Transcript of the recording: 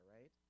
right